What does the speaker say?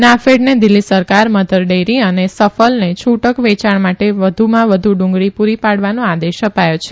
નાફેડને દિલ્હી સરકાર Mother Dairy અને સફલને છુટક વેયાણ માટે વધુમાં વધુ ડુંગળી પૂરી પાડવાનો આદેશ અપાથો છે